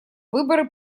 выборы